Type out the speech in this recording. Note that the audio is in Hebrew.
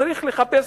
צריך לחפש,